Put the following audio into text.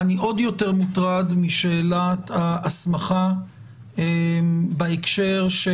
אני עוד יותר מוטרד משאלת ההסמכה בהקשר של